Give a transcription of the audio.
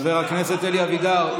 חבר הכנסת אלי אבידר,